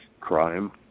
crime